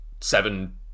seven